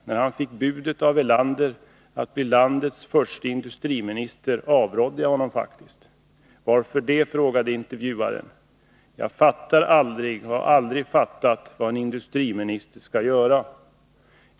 När han fick budet av Erlander att bli landets förste industriminister avrådde jag honom faktiskt.” — ”Varför det?” frågade intervjuaren. ”Jag fattar aldrig och har aldrig fattat vad en industriminister skall göra.